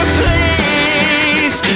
please